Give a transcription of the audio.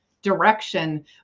direction